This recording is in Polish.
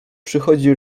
przychodzi